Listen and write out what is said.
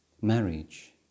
marriage